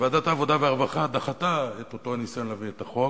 וועדת העבודה והרווחה דחתה את אותו ניסיון להביא את החוק.